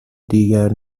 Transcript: دیگر